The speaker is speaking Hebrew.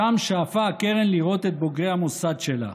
ושם שאפה הקרן לראות את בוגרי המוסד שלה.